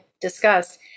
discuss